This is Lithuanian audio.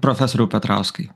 profesoriau petrauskai